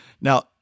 now